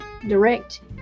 direct